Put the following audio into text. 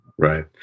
Right